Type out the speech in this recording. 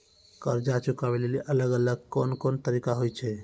कर्जा चुकाबै लेली अलग अलग कोन कोन तरिका होय छै?